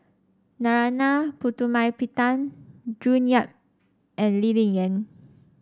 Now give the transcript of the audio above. Narana Putumaippittan June Yap and Lee Ling Yen